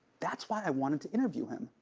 that's why i wanted to interview him.